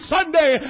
Sunday